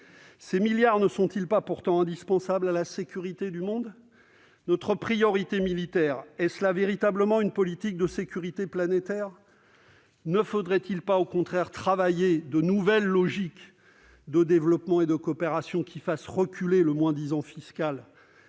ces milliards ne sont-ils pas indispensables à la sécurité du monde ? Notre priorité militaire peut-elle véritablement tenir lieu de politique de sécurité planétaire ? Ne faudrait-il pas au contraire travailler à de nouvelles logiques de développement et de coopération, qui fassent reculer le moins-disant fiscal